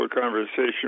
conversation